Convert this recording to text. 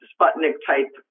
Sputnik-type